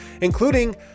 including